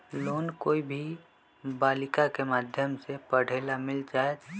Loan कोई भी बालिका के माध्यम से पढे ला मिल जायत?